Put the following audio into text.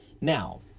now